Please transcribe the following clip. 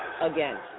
again